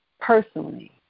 personally